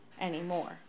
anymore